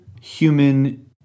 Human